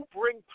bring